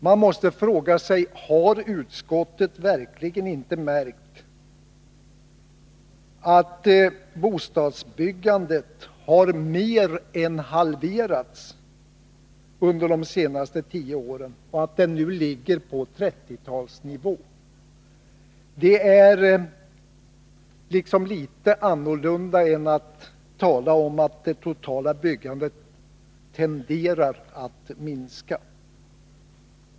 Man måste fråga sig: Har utskottet verkligen inte märkt att bostadsbyggandet har mer än halverats under de senaste tio åren och att det nu ligger på 1930-talsnivå? Det är något annat än att det totala byggandet tenderar att minska.